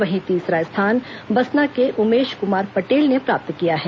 वहीं तीसरा स्थान बसना के उमेश कमार पटेल ने प्राप्त किया है